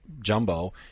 jumbo